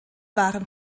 waren